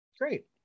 Great